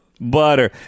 Butter